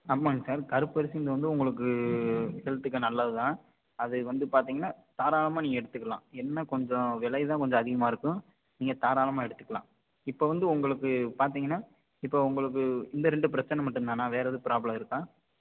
ஆமாங்க சார் கருப்பரிசிகிறது வந்து உங்களுக்கு ஹெல்த்துக்கு நல்லது தான் அது வந்து பார்த்தீங்கன்னா தாராளமாக நீங்கள் எடுத்துக்கலாம் என்ன கொஞ்சம் விலை தான் கொஞ்சம் அதிகமாக இருக்கும் நீங்கள் தாராளமாக எடுத்துக்கலாம் இப்போ வந்து உங்களுக்கு பார்த்தீங்கன்னா இப்போ உங்களுக்கு இந்த ரெண்டு பிரச்சின மட்டும்தானா வேறு எதுவும் ப்ராப்ளம் இருக்கா